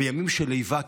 בימים של איבה,